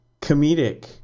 comedic